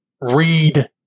read